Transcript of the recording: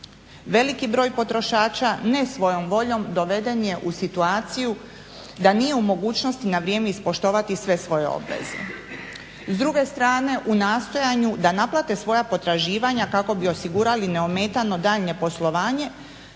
Veliki broj potrošača ne svojom voljom doveden je u situaciju da nije u mogućnosti na vrijeme ispoštovati sve svoje obveze. S druge strane u nastojanu da naplate svoja potraživanja kako bi osigurali neometano daljnje poslovanje